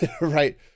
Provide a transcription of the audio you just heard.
right